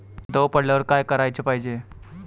दव पडल्यावर का कराच पायजे?